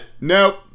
nope